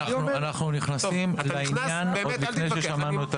אנחנו נכנסים לעניין עוד לפני שמענו את הצעת החוק.